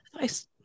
Nice